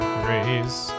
grace